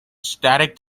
static